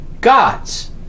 God's